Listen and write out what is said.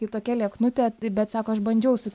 ji tokia lieknutė taip bet sako aš bandžiau su